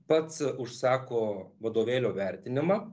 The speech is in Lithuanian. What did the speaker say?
pats užsako vadovėlio vertinimą